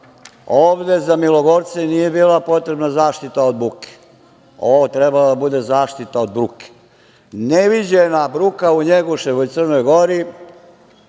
Ovde za milogorce nije bila potrebna zašta od buke. Ovo je trebalo da bude zaštita od bruke. Neviđena bruka u Njegoševoj Crnoj Gori,